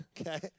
Okay